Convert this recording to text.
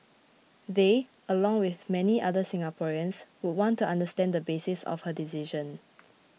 they along with many other Singaporeans would want to understand the basis of her decision